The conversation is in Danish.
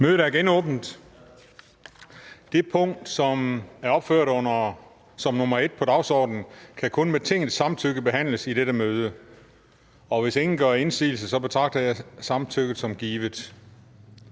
(Christian Juhl): Den sag, som er opført under punkt 1 på dagsordenen, kan kun med Tingets samtykke behandles i dette møde. Hvis ingen gør indsigelse, betragter jeg samtykket som givet.